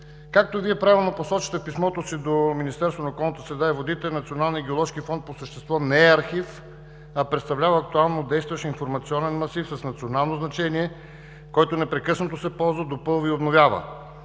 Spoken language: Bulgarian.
Както Вие правилно посочихте в писмото си до Министерството на околната среда и водите, Националният геоложки фонд по същество не е архив, а представлява актуално действащ информационен масив с национално значение, който непрекъснато се ползва, допълва и обновява.